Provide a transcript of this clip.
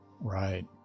Right